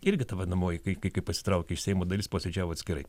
irgi ta vadinamoji kai kai kai pasitraukė iš seimo dalis posėdžiavo atskirai